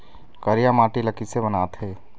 करिया माटी ला किसे बनाथे?